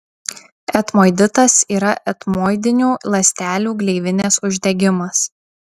etmoiditas yra etmoidinių ląstelių gleivinės uždegimas